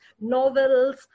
novels